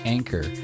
Anchor